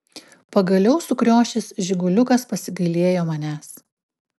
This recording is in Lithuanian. pagaliau sukriošęs žiguliukas pasigailėjo manęs